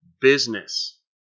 Business